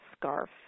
SCARF